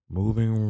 moving